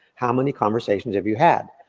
how many conversations have you had?